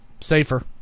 safer